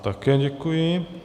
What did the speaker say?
Také děkuji.